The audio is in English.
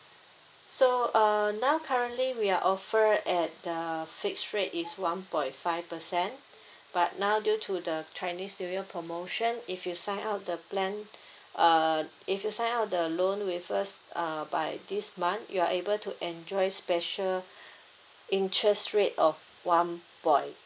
so uh now currently we are offer at the flats rate is one point five percent but now due to the chinese new year promotion if you sign up the plan uh if you sign up the loan with us err by this month you are able to enjoy special interest rate of one point